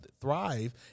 thrive